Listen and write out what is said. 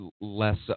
less